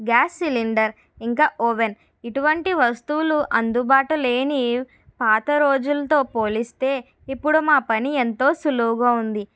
gas cylinder ఇంకా oven ఇటువంటి వస్తువులు అందుబాటు లేని పాత రోజులతో పోలిస్తే ఇప్పుడు మా పని ఎంతో సులువుగా ఉంది